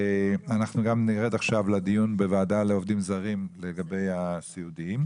אנחנו גם נרד עכשיו לדיון בוועדה לעובדים זרים לגבי העובדים הסיעודיים.